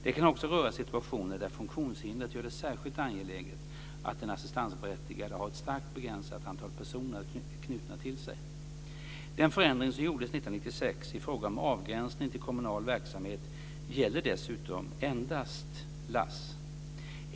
Det kan också röra situationer där funktionshindret gör det särskilt angeläget att den assistansberättigade har ett starkt begränsat antal personer knutna till sig. Den förändring som gjordes 1996 i fråga om avgränsningen till kommunal verksamhet gäller dessutom endast LASS.